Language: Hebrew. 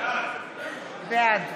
בעד